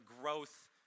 growth